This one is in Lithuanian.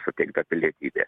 suteikta pilietybė